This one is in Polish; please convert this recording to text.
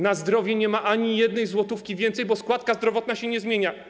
Na zdrowie nie ma ani złotówki więcej, bo składka zdrowotna się nie zmienia.